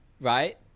right